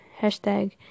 hashtag